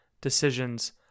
decisions